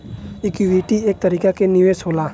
equity एक तरीका के निवेश होला